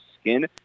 skin